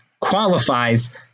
qualifies